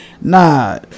Nah